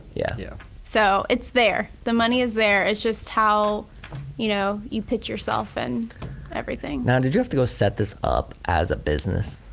yeah yeah so it's there, the money is there. it's just how you know you pitch yourself and everything. now did you have to go set this up as a business